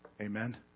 Amen